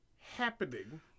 happening